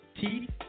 teeth